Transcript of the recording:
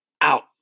out